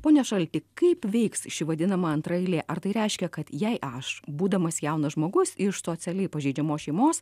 pone šalti kaip veiks ši vadinama antraeilė ar tai reiškia kad jei aš būdamas jaunas žmogus iš socialiai pažeidžiamos šeimos